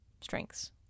strengths